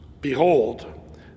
Behold